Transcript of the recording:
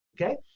Okay